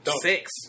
Six